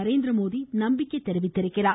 நரேந்திரமோதி நம்பிக்கை தெரிவித்துள்ளார்